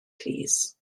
plîs